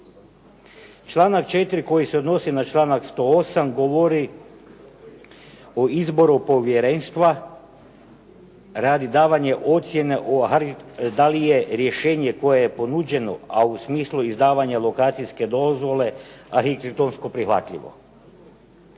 Članak 4. koji se odnosi na članak 108. govori o izboru povjerenstva radi davanja ocjene da li je rješenje koje je ponuđeno, a u smislu izdavanja lokacijske dozvole arhitektonsko prihvatljivo.